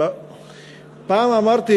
פעם אמרתי,